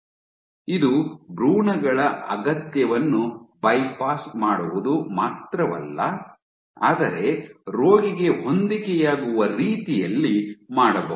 ಇದು ಭ್ರೂಣಗಳ ಅಗತ್ಯವನ್ನು ಬೈಪಾಸ್ ಮಾಡುವುದು ಮಾತ್ರವಲ್ಲ ಆದರೆ ರೋಗಿಗೆ ಹೊಂದಿಕೆಯಾಗುವ ರೀತಿಯಲ್ಲಿ ಮಾಡಬಹುದು